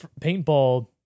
paintball